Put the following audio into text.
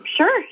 Sure